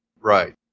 Right